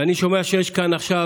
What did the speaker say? ואני שומע שיש כאן עכשיו,